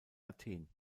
athen